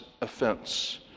offense